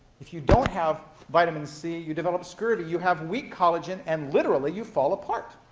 if you don't have vitamin c, you develop scurvy, you have weak collagen, and, literally, you fall apart.